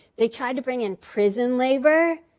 they tried to bring in prison labor,